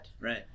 Right